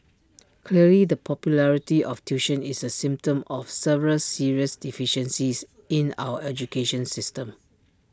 clearly the popularity of tuition is A symptom of several serious deficiencies in our education system